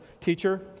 Teacher